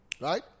right